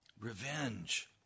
Revenge